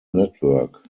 network